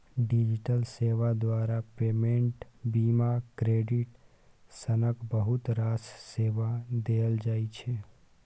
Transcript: digital सेबा द्वारा payment, बीमा, क्रेडिट सनक बहुत रास सेबा देल जाइ छै